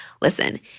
listen